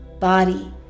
body